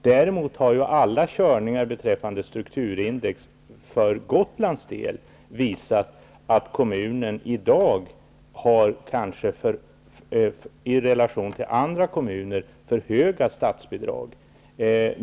Däremot har alla körningar beträffande strukturindex för Gotlands del visat att kommunen i dag i relation till andra kommuner kanske har för höga statsbidrag.